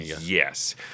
Yes